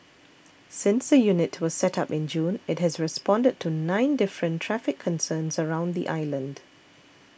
since the unit was set up in June it has responded to nine different traffic concerns around the island